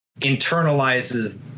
internalizes